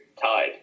tied